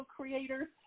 creators